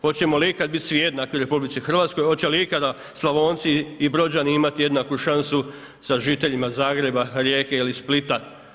Hoćemo li ikad bit svi jednaki u RH, hoće li ikada Slavonci i Brođani imati jednaku šansu sa žiteljima Zagreba, Rijeke ili Splita?